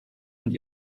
und